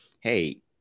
hey